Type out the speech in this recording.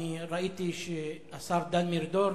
אני ראיתי שהשר דן מרידור,